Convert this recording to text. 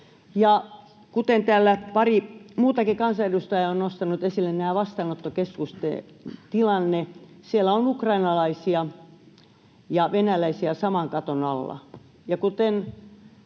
Täällä pari muutakin kansanedustajaa on nostanut esille nämä vastaanottokeskusten tilanteet. Siellä on ukrainalaisia ja venäläisiä saman katon alla,